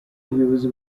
ubuyobozi